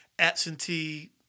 Absentee